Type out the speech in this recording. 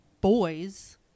boys